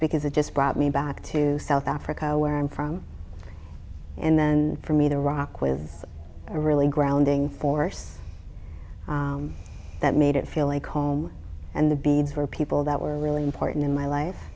because it just brought me back to south africa where i'm from and then for me the rock with a really grounding force that made it feel like home and the beads were people that were really important in my life